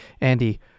Andy